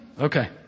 Okay